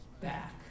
back